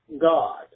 God